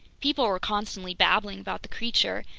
people were constantly babbling about the creature,